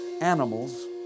animals